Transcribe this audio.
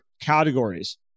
categories